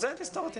אם